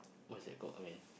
what is that called I mean